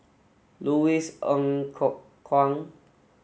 Louis Ng Kok Kwang